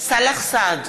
סאלח סעד,